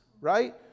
right